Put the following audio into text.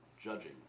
judging